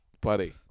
buddy